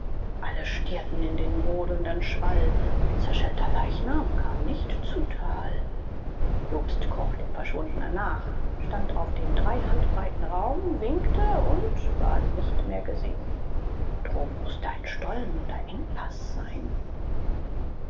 alle stierten in den brodelnden schwall ein zerschellter leichnam kam nicht zu tal jobst kroch dem verschwundenen nach stand auf dem drei hand breiten raum winkte und ward nicht mehr gesehen droben mußte ein stollen oder engpaß sein